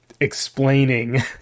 explaining